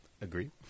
Agree